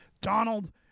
Donald